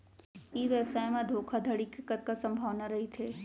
ई व्यवसाय म धोका धड़ी के कतका संभावना रहिथे?